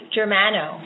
Germano